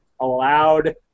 allowed